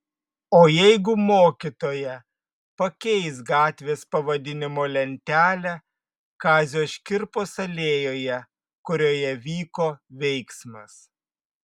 o jeigu mokytoja pakeis gatvės pavadinimo lentelę kazio škirpos alėjoje kurioje vyko veiksmas